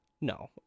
No